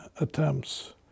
attempts